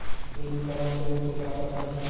Credit card लेहे के का का फायदा हे?